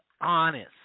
honest